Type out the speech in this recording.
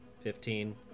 fifteen